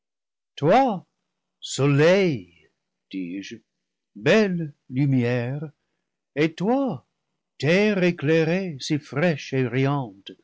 toi soleil dis-je belle lumière et toi terre éclairée si fraîche et